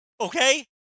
okay